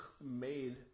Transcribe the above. made